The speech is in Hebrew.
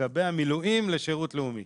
תקבע מילואים לשירות לאומי.